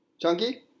Chunky